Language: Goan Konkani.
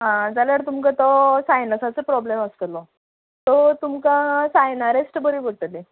आं जाल्यार तुमकां तो सायनसाचो प्रोबल्म आसतलो सो तुमकां सायनारेस्ट बरी पडटली